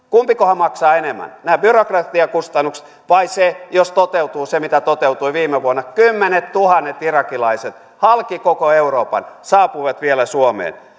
kumpikohan maksaa enemmän nämä byrokratiakustannukset vai se jos toteutuu se mitä toteutui viime vuonna kymmenettuhannet irakilaiset halki koko euroopan saapuivat vielä suomeen